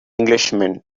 englishman